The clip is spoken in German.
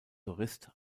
jurist